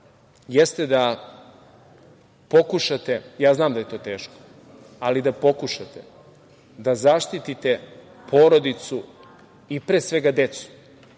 jeste da pokušate, ja znam da je to teško, ali da pokušate da zaštite porodicu i pre svega decu